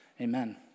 Amen